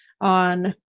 on